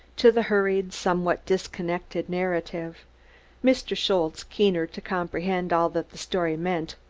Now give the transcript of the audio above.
to the hurried, somewhat disconnected, narrative mr. schultze, keener to comprehend all that the story meant,